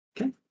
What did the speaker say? Okay